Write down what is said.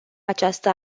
această